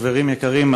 חברים יקרים,